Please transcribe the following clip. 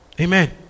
Amen